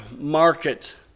market